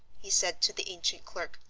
he said to the ancient clerk,